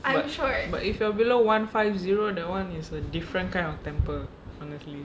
but but if you are below one five zero that one is a different kind of temper honestly